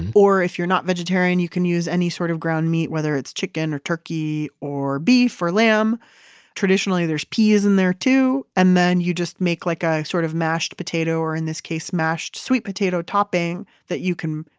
and or if you're not vegetarian, you can use any sort of ground meat, whether it's chicken or turkey or beef or lamb. and traditionally there's peas is in there too. and then you just make like a sort of mashed potato or in this case, mashed sweet potato topping that you can,